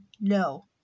no